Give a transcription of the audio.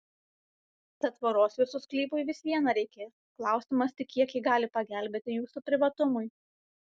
tad tvoros jūsų sklypui vis viena reikės klausimas tik kiek ji gali pagelbėti jūsų privatumui